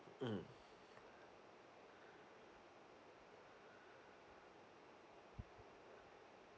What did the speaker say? mm